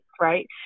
right